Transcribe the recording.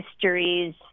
histories